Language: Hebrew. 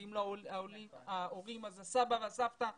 ואם לא ההורים אלה הסבא והסבתא שלנו.